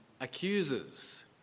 accuses